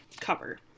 cover